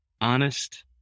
honest